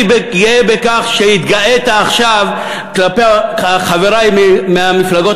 אני גאה בכך שהתגאית עכשיו כלפי חברַי מהמפלגות